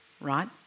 right